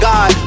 God